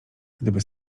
gdyby